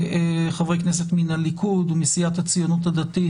חברי כנסת מן הליכוד ומסיעת הציונות הדתית,